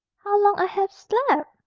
how long i have slept!